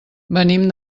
venim